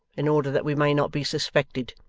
in order that we may not be suspected.